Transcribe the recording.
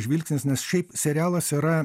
žvilgsnis nes šiaip serialas yra